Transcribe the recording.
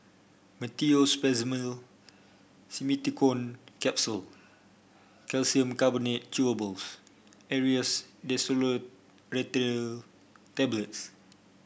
Meteospasmyl Simeticone Capsule Calcium Carbonate Chewables Aerius DesloratadineTablets